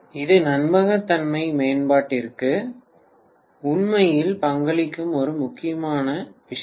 இது நம்பகத்தன்மை மேம்பாட்டிற்கு உண்மையில் பங்களிக்கும் ஒரு முக்கிய முக்கியமான விஷயம்